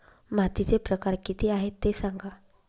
मातीचे प्रकार किती आहे ते सांगा